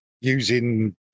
using